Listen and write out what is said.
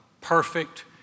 perfect